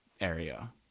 area